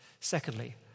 Secondly